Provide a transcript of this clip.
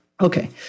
Okay